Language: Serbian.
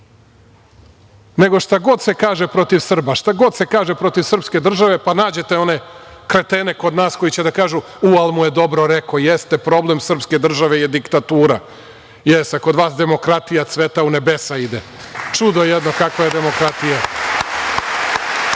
nego šta god se kaže protiv Srba, šta god se kaže protiv srpske države, pa nađete one kretene kod nas koji će da kažu – u, ala mu je dobro rekao. Jeste problem srpske države je diktatura. Jeste, a kod vas demokratija cveta u nebesa ide. Čudo jedno kakva je demokratija. Pa,